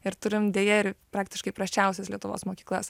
ir turim deja ir praktiškai prasčiausias lietuvos mokyklas